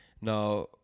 now